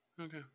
Okay